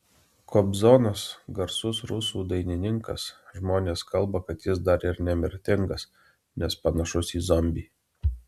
kobzonas garsus rusų dainininkas žmonės kalba kad jis dar ir nemirtingas nes panašus į zombį